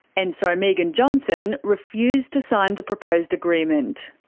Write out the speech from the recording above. and so megan johnson refused to sign the proposed agreement.